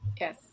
Yes